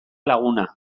laguna